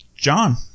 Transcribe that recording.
John